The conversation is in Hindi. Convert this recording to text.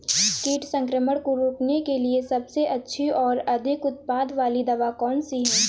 कीट संक्रमण को रोकने के लिए सबसे अच्छी और अधिक उत्पाद वाली दवा कौन सी है?